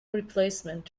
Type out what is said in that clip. replacement